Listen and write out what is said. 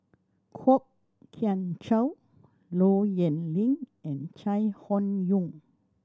Kwok Kian Chow Low Yen Ling and Chai Hon Yoong